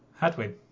Hadwin